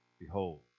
Behold